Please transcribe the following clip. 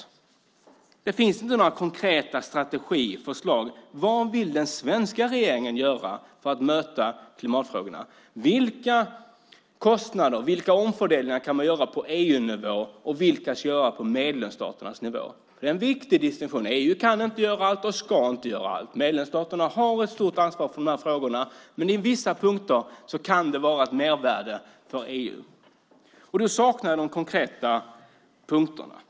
Det finns inte några konkreta strategiförslag. Vad vill den svenska regeringen göra för att möta klimatfrågorna? Vilka omfördelningar kan man göra på EU-nivå, och vilka kan göras på medlemsstaternas nivå? Det är en viktig distinktion. EU kan inte göra allt och ska inte göra allt. Medlemsstaterna har ett stort ansvar för de här frågorna. Men i vissa punkter kan det finnas ett mervärde i EU. Och då saknar jag de konkreta punkterna.